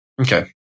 Okay